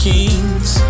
Kings